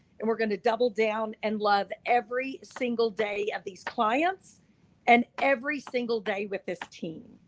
and we're gonna double down and love every single day of these clients and every single day with this team.